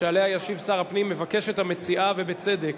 שר הפנים, מבקשת המציעה, ובצדק,